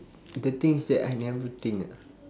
the things that I never think ah